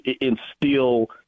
instill